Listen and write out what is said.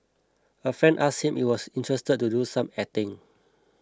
a friend asked him if he was interested to do some acting